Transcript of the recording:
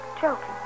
joking